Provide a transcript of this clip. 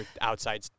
outside